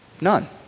None